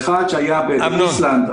האחת שהייתה באיסלנד,